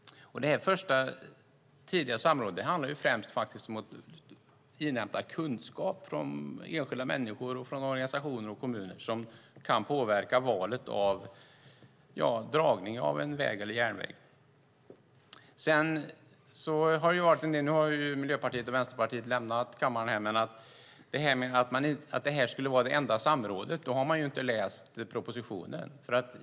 Det här tidiga samrådet handlar främst om att inhämta kunskap från enskilda människor, organisationer och kommuner som kan påverka valet av dragning av en väg eller järnväg. Nu har Miljöpartiets och Vänsterpartiets representanter lämnat kammaren, men om man säger att det här skulle vara det enda samrådet har man inte läst propositionen.